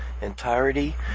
entirety